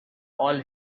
all